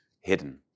hidden